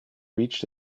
reached